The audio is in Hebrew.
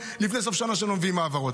הנושא היה מורכב מאוד.